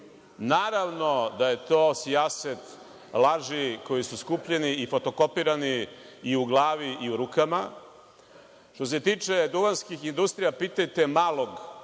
dom. Naravno da je to sijaset laži koje su skupljene i fotokopirane i u glavi i u rukama. Što se tiče duvanskih industrija, pitajte Malog.